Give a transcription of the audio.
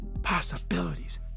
Possibilities